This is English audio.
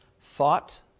Thought